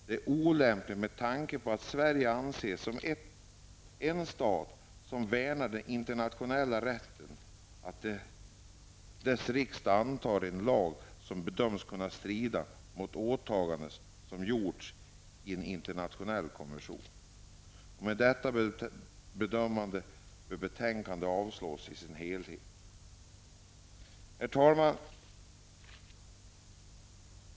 Det är olämpligt med tanke på Sveriges anseende som en stat som värnar den internationella rätten att dess riksdag antar en lag som bedöms kunna strida mot ett åtagande som gjorts i en internationell konvention. Med detta bedömande bör utskottets hemställan avslås i sin helhet. Fru talman!